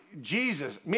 Jesus